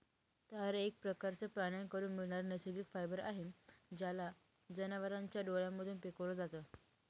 तार एक प्रकारचं प्राण्यांकडून मिळणारा नैसर्गिक फायबर आहे, याला जनावरांच्या डोळ्यांमधून मिळवल जात